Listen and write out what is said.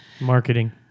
Marketing